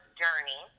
journey